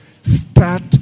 start